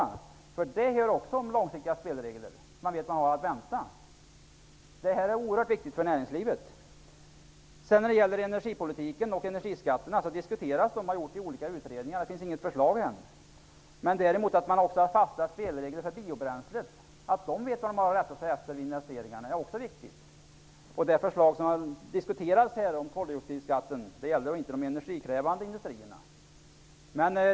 Att man vet vad man har att vänta är också en fråga om långsiktiga spelregler. Detta är erhört viktigt för näringslivet. Energipolitiken och energiskatterna har diskuterats i olika utredningar. Det finns ännu inget förslag. Men det är också viktigt att det finns fasta spelregler för biobränslen, så att man vet vad man har att rätta sig efter vid investeringar. Det förslag om koldioxidskatten som har diskuterats gäller inte de energikrävande industrierna.